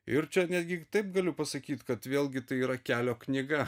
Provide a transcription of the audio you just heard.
ir čia netgi taip galiu pasakyt kad vėlgi tai yra kelio knyga